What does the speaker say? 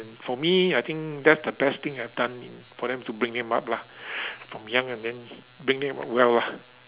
for me I think that's the best thing I've done for them to bring them up lah from young and then bring them up well lah